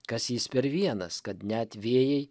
kas jis per vienas kad net vėjai